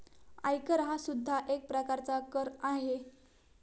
आयकर हा सुद्धा एक प्रकारचा कर आहे